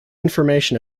information